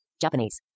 Japanese